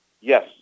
Yes